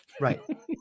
Right